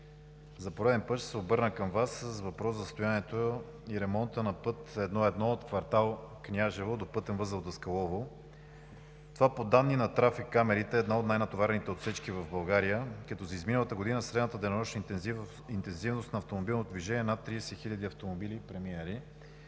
за пореден път ще се обърна към Вас с въпрос за състоянието и ремонта на път I-1 от квартал „Княжево“ до пътен възел „Даскалово“. Това по данни на трафик камерите е една от най-натоварените отсечки в България, като за изминалата година средната денонощна интензивност на автомобилното движение е преминали